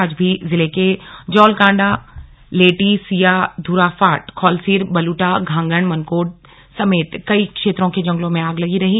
आज भी जिले के जौलकांडे लेटी सिया ध्राफाट खौलसीर बलुटा द्यांगण मनकोट समेत कई क्षेत्रो के जंगलों में आग लगी रही